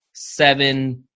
seven